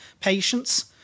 patients